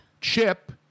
Chip